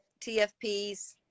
TFPs